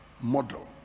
model